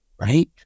right